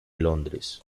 londres